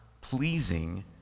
pleasing